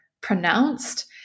pronounced